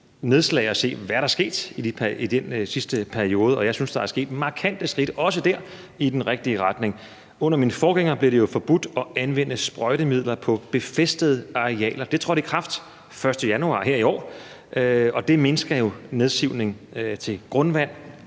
nedslag og se, hvad der er sket i den sidste periode, og jeg synes, at der er sket markante skridt, også dér, i den rigtige retning. Under min forgænger blev det jo forbudt at anvende sprøjtemidler på befæstede arealer. Det trådte i kraft den 1. januar her i år, og det mindsker jo nedsivning til grundvand